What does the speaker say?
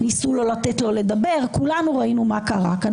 ניסו לא לתת לו לדבר, כולנו ראינו מה קרה כאן.